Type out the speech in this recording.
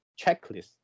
checklist